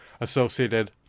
associated